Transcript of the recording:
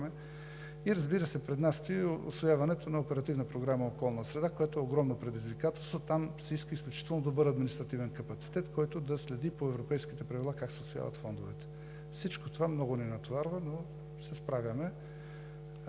Разбира се, пред нас стои усвояването на Оперативна програма „Околна среда“, която е огромно предизвикателство и там се иска изключително добър административен капацитет, който да следи по европейските правила как се усвояват фондовете. Всичко това много ни натоварва, но се справяме.